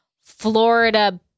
Florida